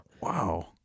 Wow